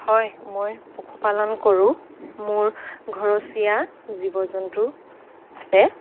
হয় মই পশু পালন কৰোঁ মোৰ ঘৰচীয়া জীৱ জন্তু আছে